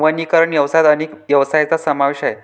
वनीकरण व्यवसायात अनेक व्यवसायांचा समावेश आहे